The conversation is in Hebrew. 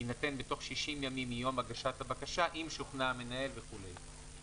יינתן בתוך 60 ימים מיום הגשת הבקשה אם שוכנע המנהל" וכולי.